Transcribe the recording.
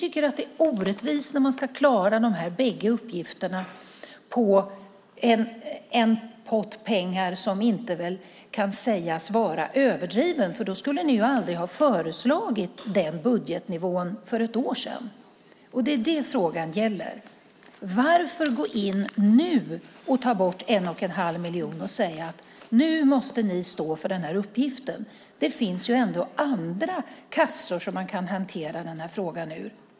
Det är orättvist, när man ska klara de här bägge uppgifterna med en pott pengar som inte kan sägas vara överdriven, för då skulle ni aldrig ha föreslagit den budgetnivån för ett år sedan. Det är det frågan gäller. Varför gå in nu och ta bort 1 1⁄2 miljon och säga att de nu måste stå för den här uppgiften? Det finns andra kassor med vars hjälp man kan hantera den här frågan.